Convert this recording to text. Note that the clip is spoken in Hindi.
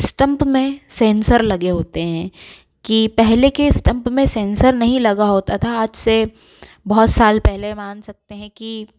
स्टम्प में सेंसर लगे होते हैं कि पहले के स्टम्प में सेंसर नहीं लगा होता था आज से बहुत साल पहले मान सकते हैं कि